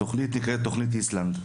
התוכנית נקראת תוכנית איסלנד.